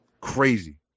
crazy